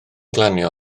glanio